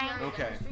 Okay